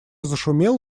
зашумел